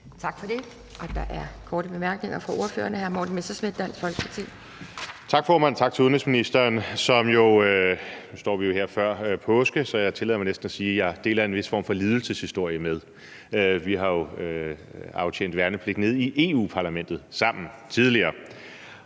Tak for det. Der er korte bemærkninger fra ordførerne. Hr. Morten Messerschmidt, Dansk Folkeparti. Kl. 10:28 Morten Messerschmidt (DF): Tak, formand, og tak til udenrigsministeren. Nu står vi jo her før påske, så jeg tillader mig næsten at sige, at jeg deler en vis form for lidelseshistorie med ham. Vi har jo aftjent værnepligt sammen nede i Europa-Parlamentet tidligere.